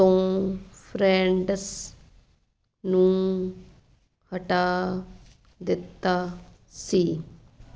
ਤੋਂ ਫ੍ਰੇਂਟਸ ਨੂੰ ਹਟਾ ਦਿੱਤਾ ਸੀ